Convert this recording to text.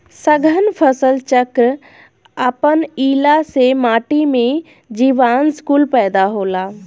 सघन फसल चक्र अपनईला से माटी में जीवांश कुल पैदा होला